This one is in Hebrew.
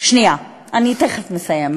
שנייה, אני תכף מסיימת.